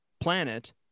planet